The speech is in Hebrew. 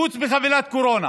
חוץ מחבילת קורונה